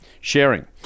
sharing